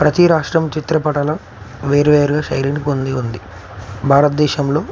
ప్రతి రాష్ట్రం చిత్రపటాల వేరు వేరుగా శైలిని పొంది ఉంది భారతదేశంలో